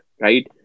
right